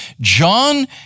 John